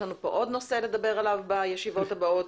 יש לנו פה עוד נושא לדבר עליו בישיבות הבאות.